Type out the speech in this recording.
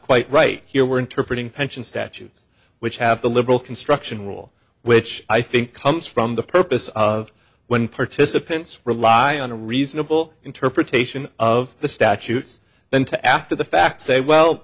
quite right here were interpreting pension statutes which have the liberal construction rule which i think comes from the purpose of when participants relied on a reasonable interpretation of the statutes then to after the fact say well